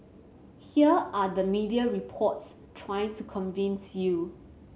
here are the media reports trying to convince you